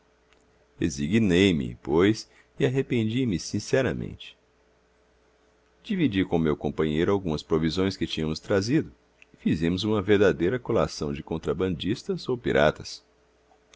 pois e arrependi me sinceramente dividi com o meu companheiro algumas provisões que tínhamos trazido e fizemos uma verdadeira colação de contrabandistas ou piratas